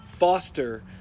foster